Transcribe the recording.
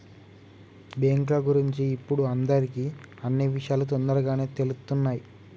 బ్యేంకుల గురించి ఇప్పుడు అందరికీ అన్నీ విషయాలూ తొందరగానే తెలుత్తున్నయ్